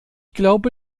glaube